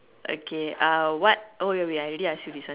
okay uh what oh wait wait I already asked you this one